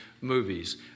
movies